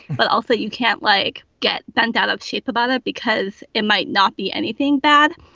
but also you can't like get bent out of shape about it because it might not be anything bad.